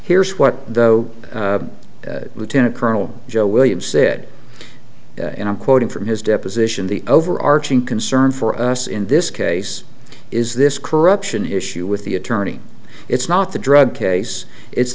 here's what though lieutenant colonel joe williams said and i'm quoting from his deposition the overarching concern for us in this case is this corruption issue with the attorney it's not the drug case it's